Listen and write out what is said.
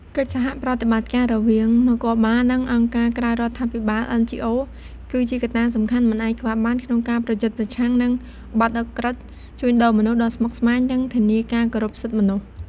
កិច្ចសហប្រតិបត្តិការរវាងនគរបាល និងអង្គការក្រៅរដ្ឋាភិបាល (NGOs) គឺជាកត្តាសំខាន់មិនអាចខ្វះបានក្នុងការប្រយុទ្ធប្រឆាំងនឹងបទឧក្រិដ្ឋជួញដូរមនុស្សដ៏ស្មុគស្មាញ និងធានាការគោរពសិទ្ធិមនុស្ស។